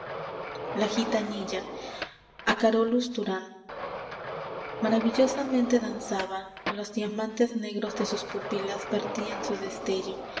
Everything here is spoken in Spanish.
la gitanilla a carolus durán maravillosamente danzaba los diamantes negros de sus pupilas vertían su destello